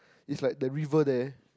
it's like the river there